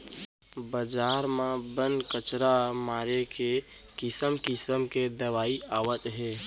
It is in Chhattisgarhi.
बजार म बन, कचरा मारे के किसम किसम के दवई आवत हे